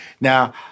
Now